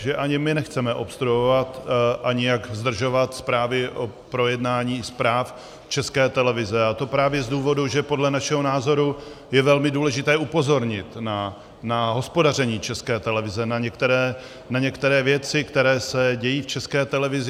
Že ani my nechceme obstruovat a nějak zdržovat projednání zpráv České televize, a to právě z důvodu, že podle našeho názoru je velmi důležité upozornit na hospodaření České televize, na některé věci, které se dějí v České televizi.